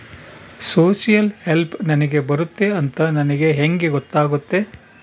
Social help ನನಗೆ ಬರುತ್ತೆ ಅಂತ ನನಗೆ ಹೆಂಗ ಗೊತ್ತಾಗುತ್ತೆ?